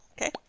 Okay